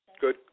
Good